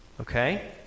okay